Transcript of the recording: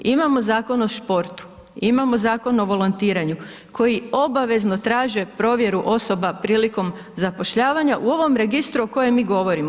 Imamo Zakon o športu, imamo Zakon o volontiraju koji obavezno traže provjeru osoba prilikom zapošljavanja u ovom registru o kojem mi govorimo.